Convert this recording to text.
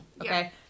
Okay